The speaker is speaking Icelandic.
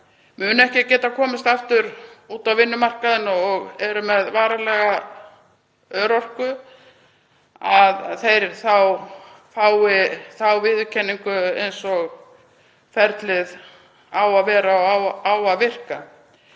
munu ekki geta komist aftur út á vinnumarkaðinn og eru með varanlega örorku fái þá viðurkenningu, eins og ferlið á að vera og á að virka.